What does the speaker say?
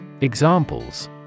Examples